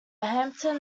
hampton